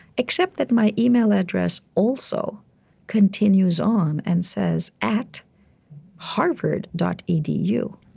except that my email address also continues on and says at harvard dot e d u.